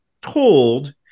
told